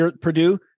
Purdue